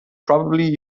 probably